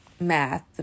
math